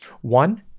one